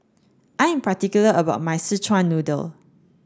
I am particular about my Szechuan noodle